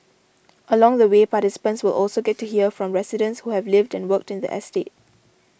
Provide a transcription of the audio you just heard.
along the way participants will also get to hear from residents who have lived and worked in the estate